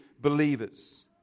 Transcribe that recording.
believers